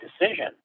decision